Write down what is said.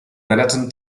benetton